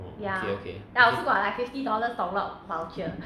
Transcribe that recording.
okay okay